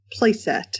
playset